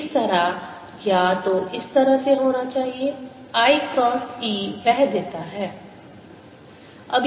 तो इसे इस तरह या तो इस तरह से होना चाहिए i क्रॉस E वह देता है